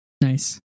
Nice